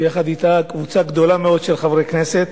ויחד אתה קבוצה גדולה מאוד של חברי כנסת,